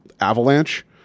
avalanche